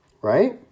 right